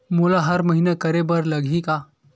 मोला हर महीना करे बर लगही का?